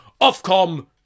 Ofcom